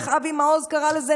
איך אבי מעוז קרא לזה,